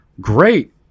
great